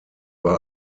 war